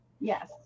Yes